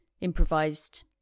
improvised